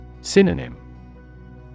Synonym